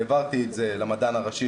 העברתי את זה למדען הראשי